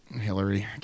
Hillary